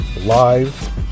Live